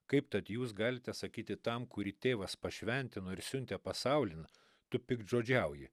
kaip tad jūs galite sakyti tam kurį tėvas pašventino ir siuntė pasaulin tu piktžodžiauji